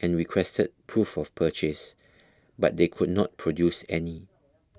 and requested proof of purchase but they could not produce any